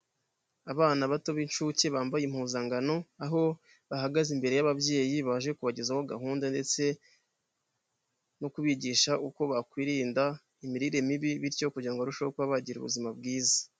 Abana bato b'inshuke bambaye impuzangano, aho bahagaze imbere y'ababyeyi baje kubagezaho gahunda ndetse no kubigisha uko bakwirinda imirire mibi bityo kugira ngo barusheho kuba bagira ubuzima bwiza.